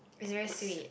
it's very sweet